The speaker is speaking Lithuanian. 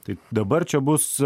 tai dabar čia bus